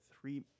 three